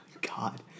God